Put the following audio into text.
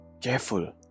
Careful